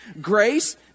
Grace